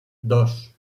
dos